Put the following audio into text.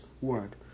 word